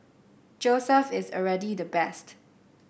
Joseph is already the best